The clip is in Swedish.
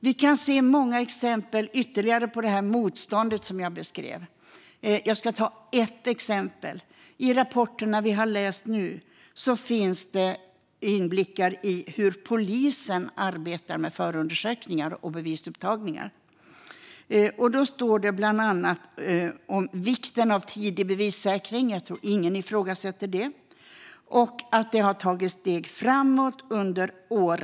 Vi kan se många ytterligare exempel på det här motståndet som jag beskrev. Jag ska ta ett exempel. I rapporterna som vi har läst nu finns det inblickar i hur polisen arbetar med förundersökningar och bevisupptagningar. Där står det bland annat om vikten av tidig bevissäkring - jag tror att ingen ifrågasätter det - att det har tagits steg framåt under året.